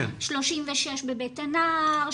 36 ב'בית הנער',